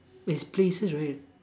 is places right